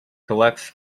collects